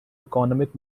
economic